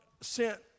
sent